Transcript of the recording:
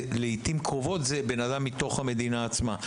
לעיתים קרובות זה בן אדם מתוך המדינה עצמה,